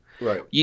Right